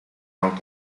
long